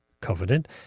covenant